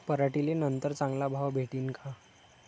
पराटीले नंतर चांगला भाव भेटीन का?